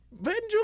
Vengeful